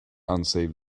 unsafe